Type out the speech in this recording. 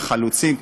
החלוצים,